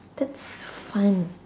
that's fun